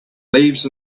leaves